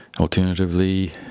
Alternatively